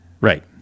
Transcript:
right